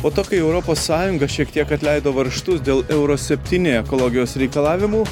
po to kai europos sąjunga šiek tiek atleido varžtus dėl euro septyni ekologijos reikalavimų